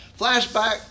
flashback